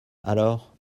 alors